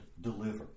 deliver